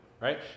right